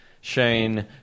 Shane